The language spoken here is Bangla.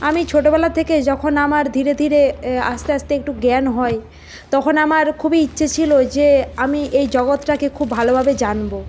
আমি ছোটবেলা থেকে যখন আমার ধীরে ধীরে আস্তে আস্তে একটু জ্ঞান হয় তখন আমার খুবই ইচ্ছে ছিল যে আমি এই জগতটাকে খুব ভালোভাবে জানব